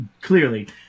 clearly